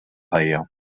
ħajja